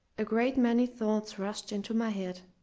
a great many thoughts rushed into my head,